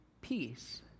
Peace